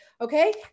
Okay